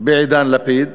בעידן לפיד,